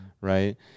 right